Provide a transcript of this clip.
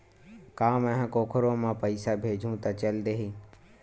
का मै ह कोखरो म पईसा भेजहु त चल देही?